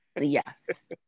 Yes